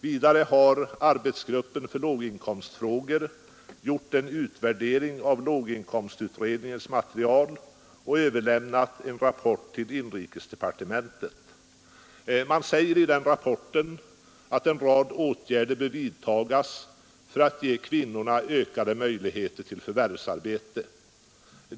Vidare har arbetsgruppen för låginkomstfrågor gjort en utvärdering av låginkomstutredningens material och överlämnat en rapport till inrikesdepartementet. Man säger i den rapporten att en rad åtgärder bör vidtas för att ge kvinnorna ökade möjligheter till förvärvsarbete.